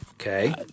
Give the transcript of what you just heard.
Okay